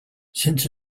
since